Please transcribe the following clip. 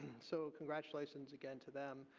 so congratulations again to them.